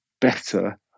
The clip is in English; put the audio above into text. better